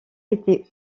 été